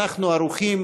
אנחנו ערוכים,